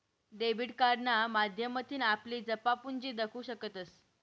debit कार्डना माध्यमथीन आपली जमापुंजी दखु शकतंस